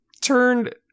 turned